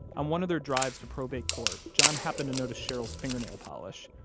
on one of their drives to probate court, john happened to notice cheryl's fingernail polish.